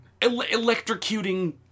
Electrocuting